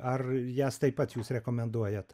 ar jas taip pat jūs rekomenduojat